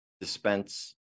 dispense